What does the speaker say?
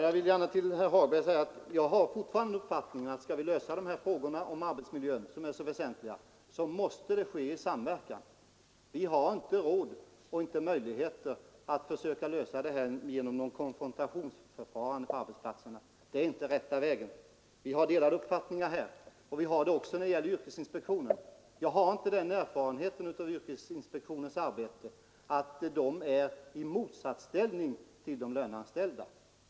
Herr talman! Jag har fortfarande uppfattningen, herr Hagberg, att en lösning av arbetsmiljöfrågorna, som är så väsentliga, måste ske i samverkan. Vi har varken råd eller möjligheter att försöka lösa dem genom något konfrontationsförfarande på arbetsplatserna. Det är inte rätta vägen. Vi har delade uppfattningar här och vi har det också när det gäller yrkesinspektionen. Det är inte min erfarenhet av yrkesinspektionens arbete att den står i motsatsställning till de löneanställda och deras intressen.